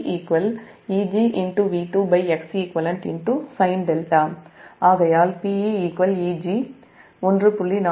அடுத்தது அது ஆகையால் PeEg is 1